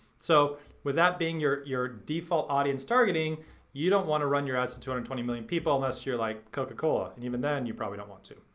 so with that being your your default audience targeting you don't wanna run your ads to two hundred and twenty million people unless you're like coca cola, and even then you probably don't want to,